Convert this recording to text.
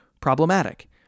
problematic